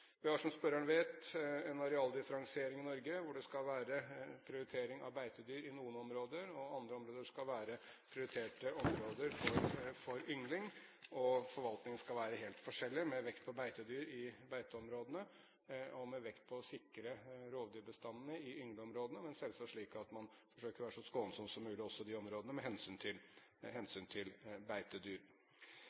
som spørreren vet, en arealdifferensiering i Norge, hvor det skal være prioritering av beitedyr i noen områder, mens andre områder skal være prioriterte områder for yngling. Forvaltningen skal være helt forskjellig, med vekt på beitedyr i beiteområdene og med vekt på å sikre rovdyrbestandene i yngleområdene, men selvsagt slik at man også i de områdene forsøker å være så skånsom som mulig med hensyn til